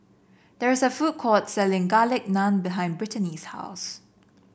there is a food court selling Garlic Naan behind Brittany's house